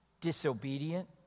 disobedient